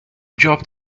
dropped